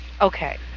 Okay